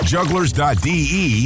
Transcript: Jugglers.de